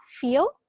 feel